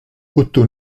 otto